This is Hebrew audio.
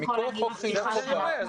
הם מכוח חוק חינוך חובה.